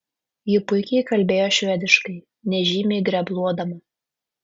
ji puikiai kalbėjo švediškai nežymiai grebluodama